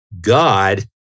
God